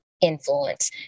influence